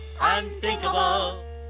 Unthinkable